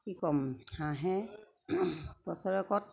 কি ক'ম হাঁহে বছৰেকত